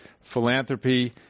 philanthropy